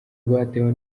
rwatewe